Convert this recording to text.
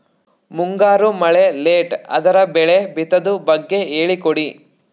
ಮುಂಗಾರು ಮಳೆ ಲೇಟ್ ಅದರ ಬೆಳೆ ಬಿತದು ಬಗ್ಗೆ ಹೇಳಿ ಕೊಡಿ?